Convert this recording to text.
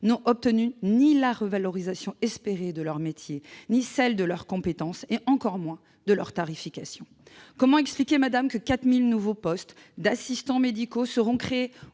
n'ont obtenu ni la revalorisation espérée de leur métier, ni celle de leurs compétences et encore moins celle de leur tarification. Comment expliquer, madame, que 4 000 nouveaux postes d'« assistants médicaux » seront créés